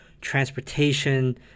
transportation